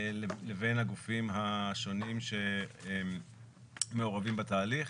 לבין הגופים השונים שמעורבים בתהליך.